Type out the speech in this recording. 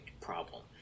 problem